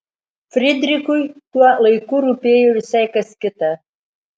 frydrichui tuo laiku rūpėjo visai kas kita